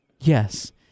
yes